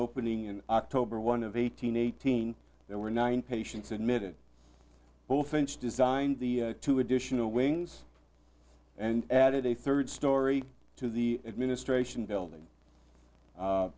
opening in october one of eight hundred eighteen there were nine patients admitted bullfinch designed the two additional wings and added a third story to the administration building